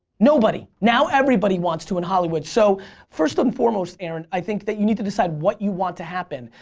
nobody. now everybody wants to in hollywood. so first and foremost, aaron, i think that you need to decide what you want to happen.